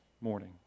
morning